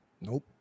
Nope